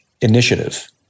initiative